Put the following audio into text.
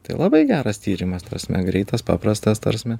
tai labai geras tyrimas ta prasme greitas paprastas ta prasme